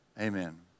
Amen